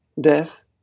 death